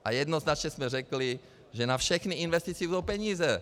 A jednoznačně jsme řekli, že na všechny investice budou peníze.